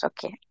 Okay